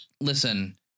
Listen